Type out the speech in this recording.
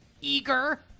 Eager